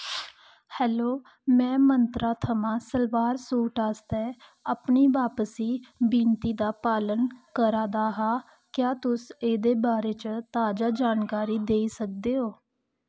hello में Myntra थमां salwar suit आस्तै अपनी वापसी विनती दा पालन करा दा हा क्या तुस एह्दे बारे च ताजा जानकारी देई सकदे ओ